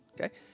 Okay